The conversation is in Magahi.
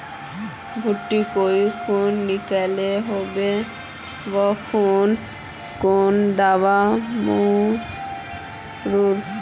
भुट्टा जाई खुना निकलो होबे वा खुना कुन दावा मार्मु?